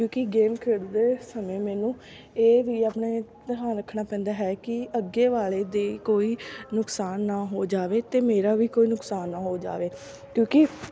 ਕਿਉਂਕਿ ਗੇਮ ਖੇਡਦੇ ਸਮੇਂ ਮੈਨੂੰ ਇਹ ਵੀ ਆਪਣੇ ਧਿਆਨ ਰੱਖਣਾ ਪੈਂਦਾ ਹੈ ਕਿ ਅੱਗੇ ਵਾਲੇ ਦੀ ਕੋਈ ਨੁਕਸਾਨ ਨਾ ਹੋ ਜਾਵੇ ਅਤੇ ਮੇਰਾ ਵੀ ਕੋਈ ਨੁਕਸਾਨ ਨਾ ਹੋ ਜਾਵੇ ਕਿਉਂਕਿ